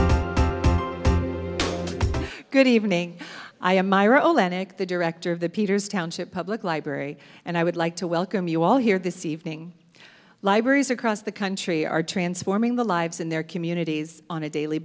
good evening i am my role addict the director of the peters township public library and i would like to welcome you all here this evening libraries across the country are transforming the lives in their communities on a daily